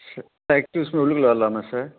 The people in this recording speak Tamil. சார் எஸ்க்யூஸ்மி உள்ளுக்குள்ளே வரலாமா சார்